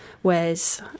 Whereas